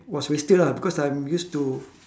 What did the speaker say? was wasted lah because I'm used to